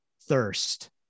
thirst